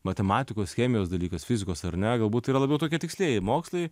matematikos chemijos dalykas fizikos ar ne galbūt tai yra labiau tokie tikslieji mokslai